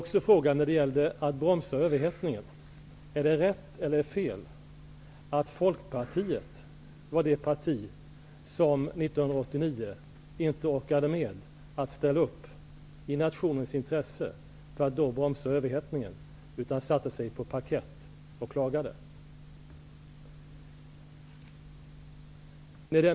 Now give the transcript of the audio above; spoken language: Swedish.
Är det rätt eller fel att Folkpartiet var det parti som 1989 inte orkade med att ställa upp i nationens intresse för att bromsa överhettningen, utan satte sig på parkett och klagade?